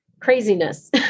craziness